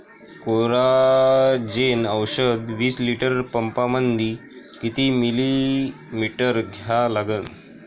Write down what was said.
Coragen औषध विस litre पंपामंदी किती मिलीमिटर घ्या लागन?